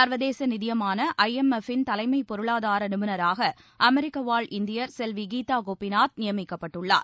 சா்வதேச நிதியமான I M F ன் தலைமை பொருளாதார நிபுணராக அமெரிக்க வாழ் இந்தியர் செல்வி கீதா கோபிநாத் நியமிக்கப்பட்டுள்ளார்